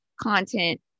content